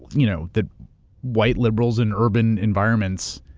you know, the white liberals in urban environments